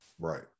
right